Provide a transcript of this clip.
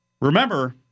Remember